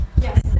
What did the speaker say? Yes